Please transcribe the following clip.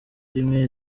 rimwe